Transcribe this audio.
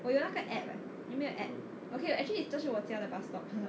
我有那个 app~ eh 你有没有 app~ okay actually 这是我家的 bus stop